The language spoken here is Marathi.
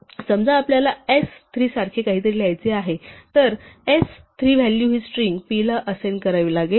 समजा आपल्याला s 3 सारखे काहीतरी लिहायचे आहे तर s 3 व्हॅलू हि स्ट्रिंग p ला असाइन करावी लागेल